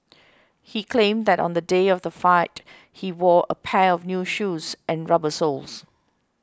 he claimed that on the day of the fight he wore a pair of new shoes and rubber soles